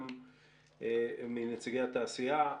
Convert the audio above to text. גם מנציגי התעשייה.